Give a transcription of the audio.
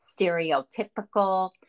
stereotypical